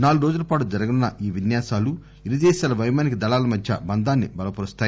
నాలుగురోజుల పాటు జరగనున్న ఈ విన్యాసాలు ఇరుదేశాల పైమానిక దళాల మధ్య బంధాన్ని బలపరుస్తుంది